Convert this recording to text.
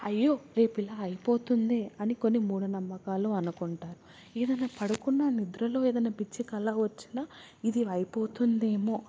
అయ్యో రేపు ఇలా అయిపోతుందే అని కొన్ని మూఢనమ్మకాలు అనుకుంటారు ఏదన్న పడుకున్న నిద్రలో ఏదన్న పిచ్చి కల వచ్చిన ఇది అయిపోతుందేమో